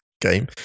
game